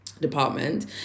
department